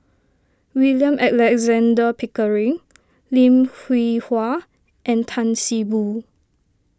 William Alexander Pickering Lim Hwee Hua and Tan See Boo